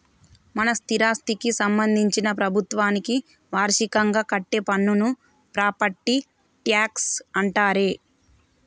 మన స్థిరాస్థికి సంబందించిన ప్రభుత్వానికి వార్షికంగా కట్టే పన్నును ప్రాపట్టి ట్యాక్స్ అంటారే